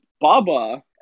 Baba